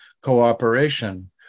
cooperation